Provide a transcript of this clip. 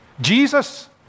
Jesus